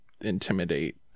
intimidate